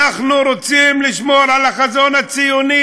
אנחנו רוצים לשמור על החזון הציוני,